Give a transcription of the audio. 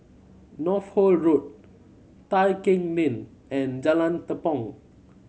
Northolt Road Tai Keng Lane and Jalan Tepong